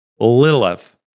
Lilith